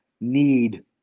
need